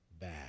bad